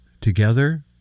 together